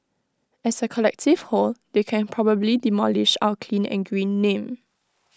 as A collective whole they can probably demolish our clean and green name